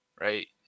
right